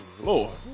Lord